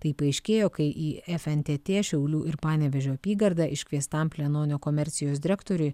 tai paaiškėjo kai į fntt šiaulių ir panevėžio apygardą iškviestam plenonio komercijos direktoriui